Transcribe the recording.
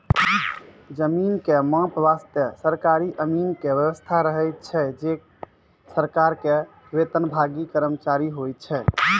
जमीन के माप वास्तॅ सरकारी अमीन के व्यवस्था रहै छै जे सरकार के वेतनभागी कर्मचारी होय छै